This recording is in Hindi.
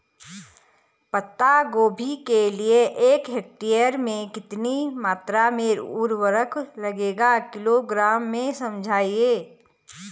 पत्ता गोभी के लिए एक हेक्टेयर में कितनी मात्रा में उर्वरक लगेगा किलोग्राम में समझाइए?